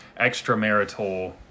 extramarital